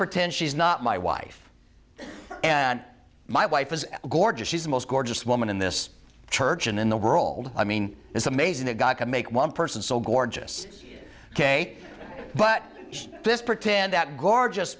pretend she's not my wife and my wife is gorgeous she's the most gorgeous woman in this church and in the world i mean it's amazing that god can make one person so gorgeous ok but this pretend that gorgeous